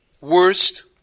worst